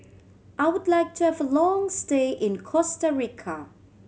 I would like to have a long stay in Costa Rica